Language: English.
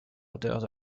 orders